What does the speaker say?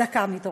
דקה מתוך זה.